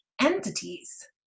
entities